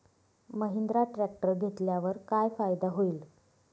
Mahindra tractor घेतल्यावर काय फायदा होईल?